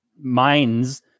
minds